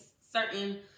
certain